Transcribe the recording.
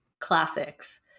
classics